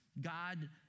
God